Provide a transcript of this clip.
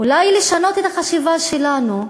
אולי יש לשנות את החשיבה שלנו,